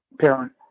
parent